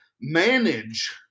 manage